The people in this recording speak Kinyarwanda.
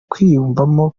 kwiyumvamo